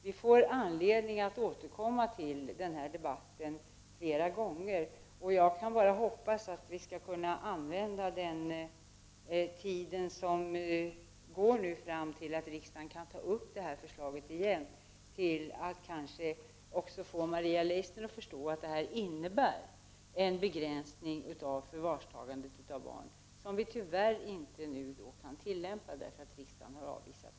Vi får anledning att återkomma till denna debatt flera gånger. Jag kan bara hoppas att vi skall kunna använda tiden fram till att riksdagen tar upp förslaget igen till att även få Maria Leissner att förstå att lagförslaget innebär en begränsning av förvarstagandet av barn som tyvärr inte kan tillämpas nu, eftersom riksdagen har avvisat förslaget.